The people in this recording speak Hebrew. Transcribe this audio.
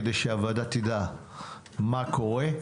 כדי שהוועדה תדע מה קורה.